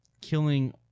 killing